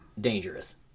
dangerous